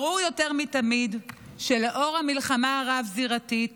ברור יותר מתמיד שלאור המלחמה הרב-זירתית